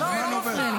אז הזמן עובר.